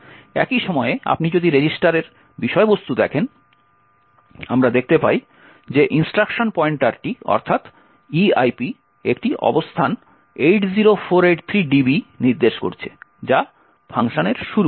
একই সময়ে আপনি যদি রেজিস্টারের বিষয়বস্তু দেখেন আমরা দেখতে পাই যে ইন্সট্রাকশন পয়েন্টারটি অর্থাৎ eip একটি অবস্থান 80483db নির্দেশ করছে যা ফাংশনের শুরু